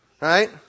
right